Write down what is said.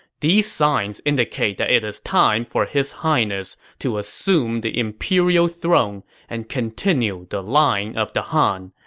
these signs indicate that it is time for his highness to assume the imperial throne and continue the line of the han.